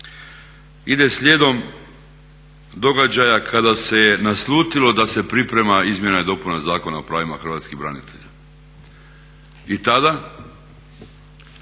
ide slijedom događaja kada se naslutilo da se priprema izmjena i dopuna Zakona o pravima hrvatskih branitelja. I tada